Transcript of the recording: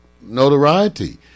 notoriety